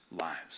lives